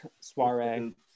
soiree